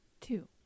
Two